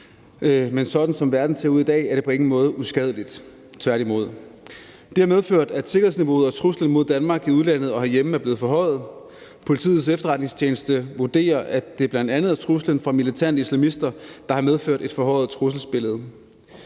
For sådan som verden ser ud i dag, er det på ingen måde uskadeligt – tværtimod. Det har medført, at sikkerhedsniveauet og truslen mod Danmark i udlandet og herhjemme er blevet forhøjet. Politiets Efterretningstjeneste vurderer, at det bl.a. er truslen fra militante islamister, der har medført et forhøjet trusselsbillede.